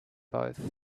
both